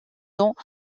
dans